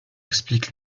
explique